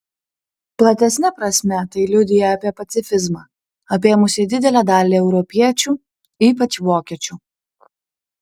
platesne prasme tai liudija apie pacifizmą apėmusį didelę dalį europiečių ypač vokiečių